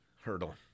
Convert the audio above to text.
hurdle